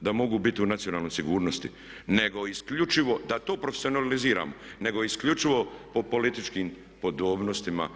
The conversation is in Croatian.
da mogu biti u nacionalnoj sigurnosti nego isključivo, da to profesionaliziramo, nego isključivo po političkim podobnostima.